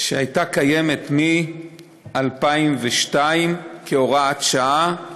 שהייתה כבר ב-2002 כהוראת שעה,